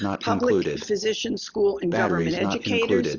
public physician school and government educators,